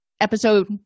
episode